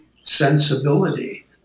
sensibility